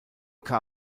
car